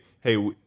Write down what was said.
hey